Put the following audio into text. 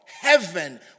heaven